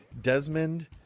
Desmond